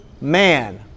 man